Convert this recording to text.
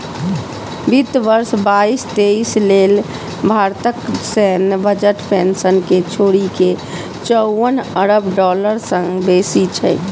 वित्त वर्ष बाईस तेइस लेल भारतक सैन्य बजट पेंशन कें छोड़ि के चौवन अरब डॉलर सं बेसी छै